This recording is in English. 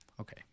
okay